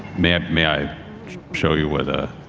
may ah may i show you what ah